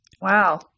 wow